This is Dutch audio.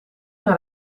naar